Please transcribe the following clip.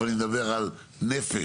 אני מדבר על נפש,